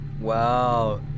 Wow